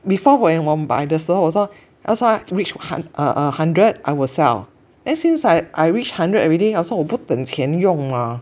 before when 我买的时候我说要是它 reach hun~ uh uh hundred I will sell then since I I reach hundred already 可是我不等钱用嘛